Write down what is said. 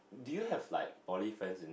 do you have like poly friends in